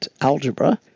algebra